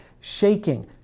shaking